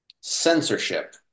censorship